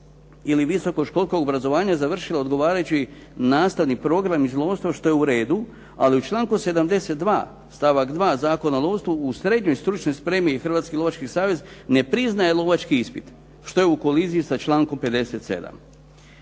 ili visokoškolskog obrazovanja završila odgovarajući nastavni program iz lovstva što je u redu, ali u članku 72. stavak 2. Zakona o lovstvu u srednjoj stručnoj spremi Hrvatski lovački savez ne priznaje lovački ispit što je u koliziji sa člankom 57.